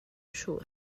siŵr